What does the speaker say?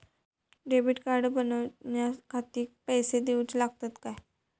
Debit card बनवण्याखाती पैसे दिऊचे लागतात काय?